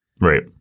Right